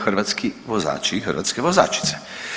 Hrvatski vozači i hrvatske vozačice.